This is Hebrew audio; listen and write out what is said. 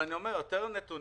אני מביא היום